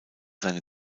seine